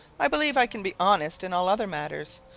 i believe i can be honest in all other matters,